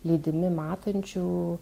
lydimi matančių